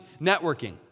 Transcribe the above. networking